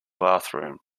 bathroom